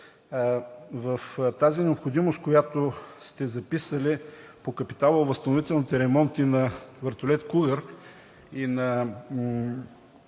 в тази необходимост, която сте записали по капиталово-възстановителните ремонти на вертолет „Кугър“ и на